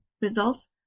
Results